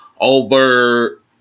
over